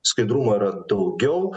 skaidrumo yra daugiau